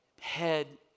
Head